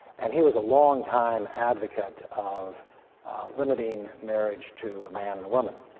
and he was a long-time advocate of limiting marriage to a man and a woman.